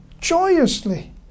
joyously